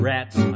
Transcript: Rats